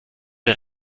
der